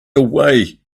away